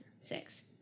six